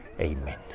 amen